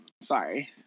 Sorry